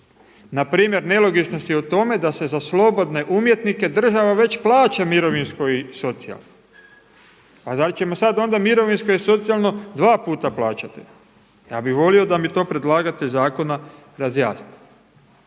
Npr. nelogičnost je u tome da se za slobodne umjetnike država već plaća mirovinsko i socijalno. A da li ćemo sada onda mirovinsko i socijalno dva puta plaćati? Ja bih volio da mi to predlagatelj zakona razjasni.